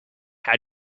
how